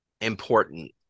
important